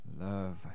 Love